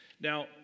Now